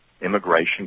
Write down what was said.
immigration